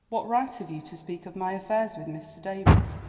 what right have you to speak of my affairs with mr. davies,